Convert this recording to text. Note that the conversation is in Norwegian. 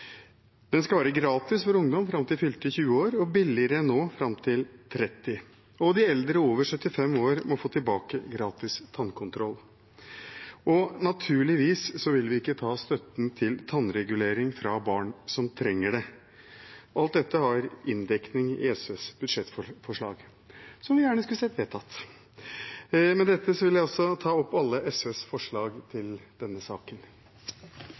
Den skal være gratis for ungdom fram til fylte 20 år og billigere enn nå fram til 30 år. Og de eldre over 75 år må få tilbake gratis tannkontroll. Naturligvis vil vi ikke ta støtten til tannregulering fra barn som trenger det. Alt dette har inndekning i SVs budsjettforslag, som vi gjerne skulle sett vedtatt. Med dette vil jeg ta opp forslag